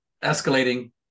escalating